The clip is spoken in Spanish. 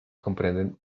comprenden